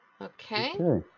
Okay